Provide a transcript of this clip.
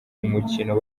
umukino